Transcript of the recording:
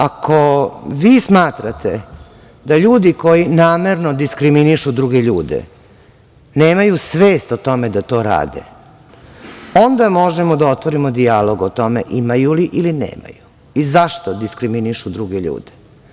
Ako vi smatrate da ljudi koji namerno diskriminišu druge ljude nemaju svest o tome da to rade, onda možemo da otvorimo dijalog o tome imaju li ili nemaju i zašto diskriminišu druge ljude.